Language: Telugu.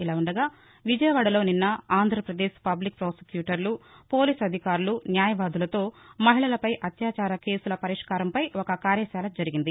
ఇలా ఉండగా విజయవాడ నిన్న ఆంధ్రపదేశ్ పబ్లిక్ పాసిక్యూటర్లు పోలీస్ అధికారులు న్యాయవాదులతో మహిళలపై అత్యాచార కేసుల పరిష్కారం పై ఒక కార్యకాల జరిగింది